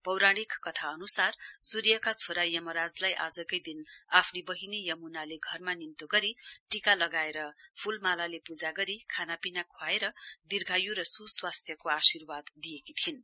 पौराणिक कथा अनुसार सूर्यका छोरा यमराजलाई आजकै दिन आफ्नी बहिनी यमुनाले घरमा निम्तो गरी टीका लगाएर फूलमालाले पूजा गरी खानापिना खुवाएर दीर्घायु र सुस्वास्थ्यको आर्शीवाद दिएकी थिइन्